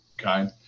Okay